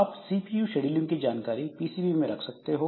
आप CPU scheduling की जानकारी पीसीबी में रख सकते हो